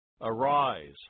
Arise